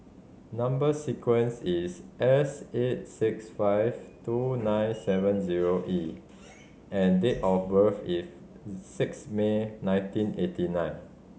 number sequence is S eight six five two nine seven zero E and date of birth is six May nineteen eighty nine